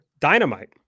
Dynamite